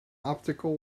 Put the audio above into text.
optical